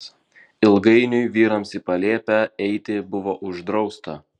ilgainiui vyrams į palėpę eiti buvo uždrausta